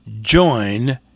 Join